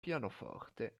pianoforte